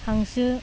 हांसो